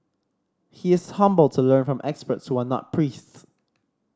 he is humble to learn from experts who are not priests